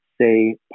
say